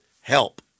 Help